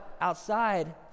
outside